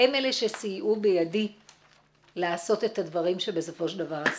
הם אלה שסייעו בידי לעשות את הדברים שבסופו של דבר עשיתי.